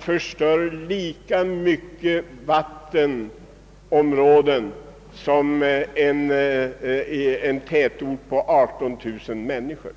förstör ett lika stort vattenområde som en tätort på 18 000 människor.